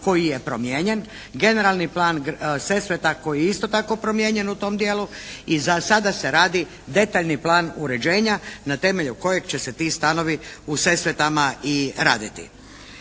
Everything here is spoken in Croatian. koji je promijenjen. Generalni plan Sesveta koji je isto tako promijenjen u tom dijelu. I za sada se radi detaljni plan uređenja na temelju kojeg će se ti stanovi u Sesvetama i raditi.